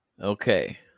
Okay